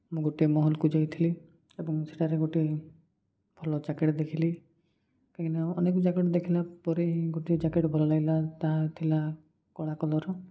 ଗୋଟେ ମଲ୍କୁ ଯାଇଥିଲି ଏବଂ ସେଠାରେ ଗୋଟେ ଭଲ ଜ୍ୟାକେଟ୍ ଦେଖିଲି କାହିଁକିନା ଅନେକ ଜ୍ୟାକେଟ୍ ଦେଖିଲା ପରେ ଗୋଟେ ଜ୍ୟାକେଟ୍ ଭଲ ଲାଗିଲା ତାହା ଥିଲା କଳା କଲର୍ର